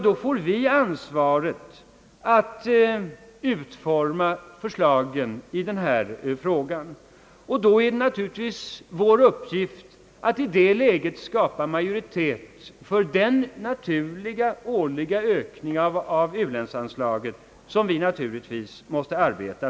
Då får vi ansvaret att utforma förslagen i denna fråga, och då är det naturligtvis vår uppgift att i det läget skapa majoritet för en årlig fortsatt ökning av u-landsanslagen.